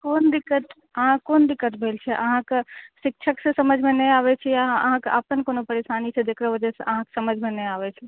कोन दिक्कत अहाँके कोन दिक्कत भेल छै अहाँके शिक्षक से समझमे नहि आबै छै या अहाँके अपन कोनो परेशानी छै जेकर वजह से अहाँके समझमे नहि आबै छै